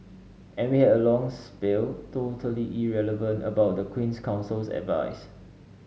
and we had a long spiel totally irrelevant about the Queen's Counsel's advice